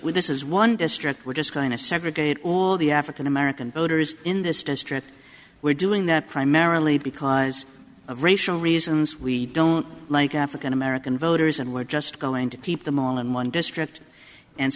then this is one district we're just going to segregate all the african american voters in this district we're doing that primarily because of racial reasons we don't like african american voters and we're just going to keep them all in one district and